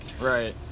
right